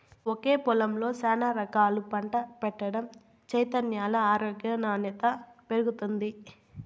ఒకే పొలంలో శానా రకాలు పంట పెట్టడం చేత్తే న్యాల ఆరోగ్యం నాణ్యత పెరుగుతుంది